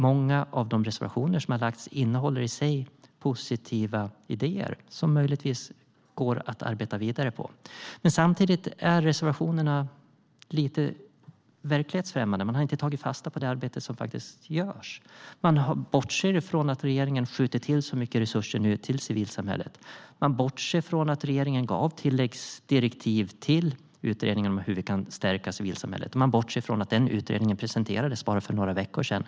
Många av de reservationer som har lagts innehåller i sig positiva idéer som möjligtvis går att arbeta vidare på. Samtidigt är reservationerna lite verklighetsfrämmande. Man har inte tagit fasta på det arbete som faktiskt görs. Man bortser från att regeringen nu skjuter till mycket resurser till civilsamhället. Man bortser från att regeringen gav tilläggsdirektiv till utredningen om hur vi kan stärka civilsamhället, och man bortser från att den utredningen presenterades för bara några veckor sedan.